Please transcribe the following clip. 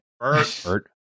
Bert